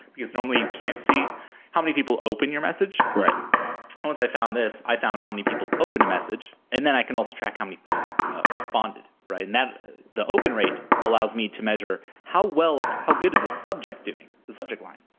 because normally, you can't see how many people open your message. once i found this, i found how many people opened a message, and then, i can also track how many people responded, right? and that the open rate allows me to measure how well how good is the subject doing, the subject line,